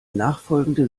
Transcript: nachfolgende